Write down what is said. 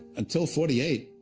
until forty eight,